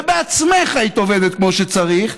ובעצמך היית עובדת כמו שצריך,